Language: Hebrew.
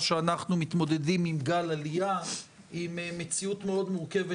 שאנחנו מתמודדים על גל עלייה ועם מציאות מאוד מורכבת